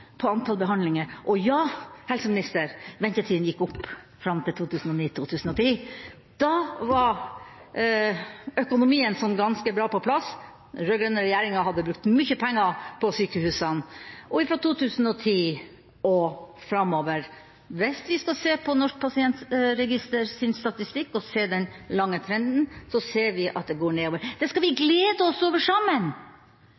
på antall behandlinger. Og ja, helseminister: Ventetidene gikk opp fram til 2009/2010, da var økonomien sånn ganske bra på plass. Den rød-grønne regjeringa hadde brukt mye penger på sykehusene, og fra 2010 og framover – hvis vi ser på Norsk Pasientregisters statistikk og på den lange trenden – ser vi at ventetidene går nedover. Det skal vi